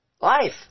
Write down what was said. life